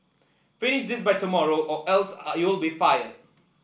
finish this by tomorrow or else are you'll be fired